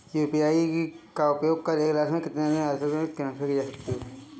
UPI का उपयोग करके एक दिन में अधिकतम कितनी राशि ट्रांसफर की जा सकती है?